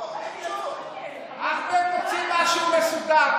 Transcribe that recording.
אחמד, רוצים משהו מסודר.